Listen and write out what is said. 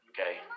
Okay